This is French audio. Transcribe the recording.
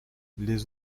les